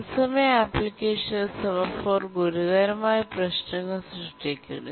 തത്സമയ അപ്ലിക്കേഷനിൽ സെമാഫോർ ഗുരുതരമായ പ്രശ്നങ്ങൾ സൃഷ്ടിക്കുന്നു